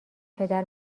پدر